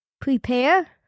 Prepare